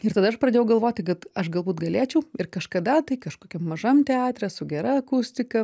ir tada aš pradėjau galvoti kad aš galbūt galėčiau ir kažkada tai kažkokiam mažam teatre su gera akustika